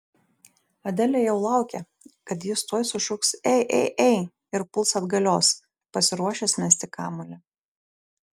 adelė jau laukė kad jis tuoj sušuks ei ei ei ir puls atgalios pasiruošęs mesti kamuolį